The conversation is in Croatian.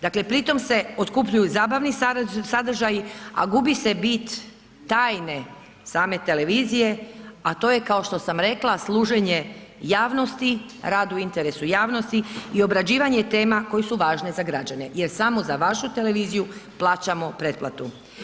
Dakle, pri tom se otkupljuju zabavni sadržaji, a gubi se bit tajne same televizije, a to je kao što sam rekla, služenje javnosti, radu i interesu javnosti i obrađivanje tema koje su važne za građane jer samo za vašu televiziju plaćamo pretplatu.